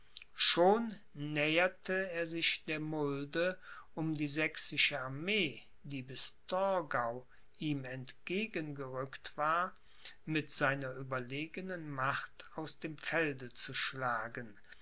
schon näherte er sich der mulde um die sächsische armee die bis torgau ihm entgegen gerückt war mit seiner überlegenen macht aus dem felde zu schlagen